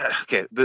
Okay